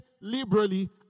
liberally